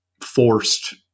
forced